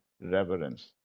reverence